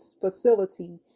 facility